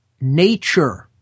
nature